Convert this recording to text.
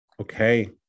Okay